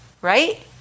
right